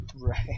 Right